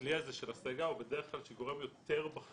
הכלי הזה של השגה הוא בדרך כלל של גורם יותר בכיר